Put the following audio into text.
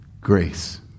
grace